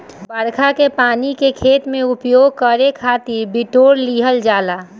बरखा के पानी के खेती में उपयोग करे खातिर बिटोर लिहल जाला